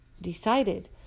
decided